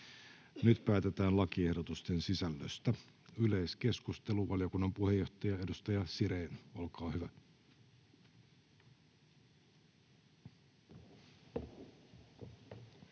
Nyt päätetään lakiehdotusten sisällöstä. — Valiokunnan puheenjohtaja, edustaja Puisto, olkaa hyvä.